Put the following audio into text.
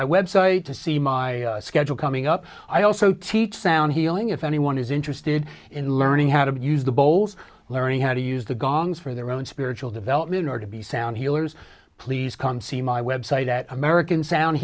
my website to see my schedule coming up i also teach sound healing if anyone is interested in learning how to use the bowls learning how to use the gongs for their own spiritual development or to be sound healers please come see my website at american sound